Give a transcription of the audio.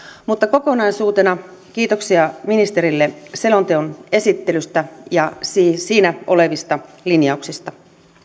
mutta kokonaisuutena kiitoksia ministerille selonteon esittelystä ja siinä olevista lin jauksista